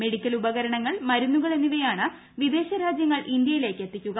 medical ഉപകരണങ്ങൾ മരുന്നുകൂൾ എന്നിവയാണ് വിദേശ രാജ്യങ്ങൾ ഇന്ത്യയിലേയ്ക്ക് എത്തിക്കുക